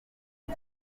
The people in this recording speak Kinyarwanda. byo